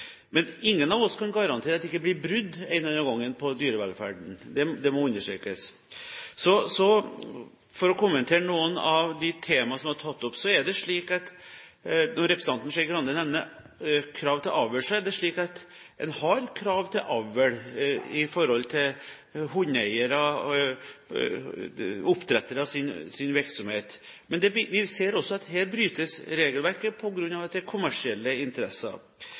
Men ingen av oss kan garantere at det ikke en eller annen gang blir brudd på regelverket for dyrevelferden, det må understrekes. Så vil jeg kommentere noe av det som har vært tatt opp. Representanten Skei Grande nevner krav til avl. Det er slik at hundeeiere og oppdrettere har krav til avl i sin virksomhet, men vi ser at her brytes regelverket på grunn av at det er kommersielle interesser.